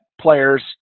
Players